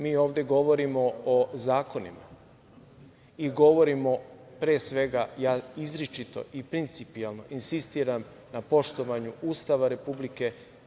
Mi ovde govorimo o zakonima i govorimo pre svega, ja izričito i principijelno insistiram na poštovanje Ustava republike.